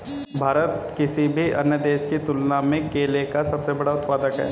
भारत किसी भी अन्य देश की तुलना में केले का सबसे बड़ा उत्पादक है